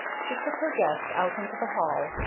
she took her guest out into the hall,